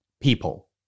People